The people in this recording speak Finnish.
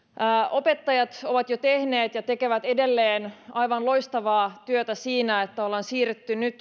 opettajat ovat jo tehneet ja tekevät edelleen aivan loistavaa työtä siinä että ollaan nyt siirretty